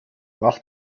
mach